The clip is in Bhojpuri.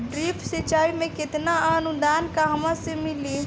ड्रिप सिंचाई मे केतना अनुदान कहवा से मिली?